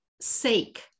sake